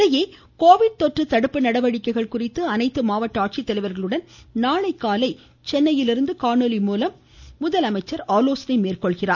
இதனிடையே கோவிட் தொற்று தடுப்பு நடவடிக்கைகள் குறித்து அனைத்து மாவட்ட ஆட்சித்தலைவர்களுடன் நாளைகாலை சென்னையிலிருந்து காணொலி மூலம் ஆலோசனை மேற்கொள்கிறார்